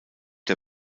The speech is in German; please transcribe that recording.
der